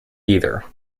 either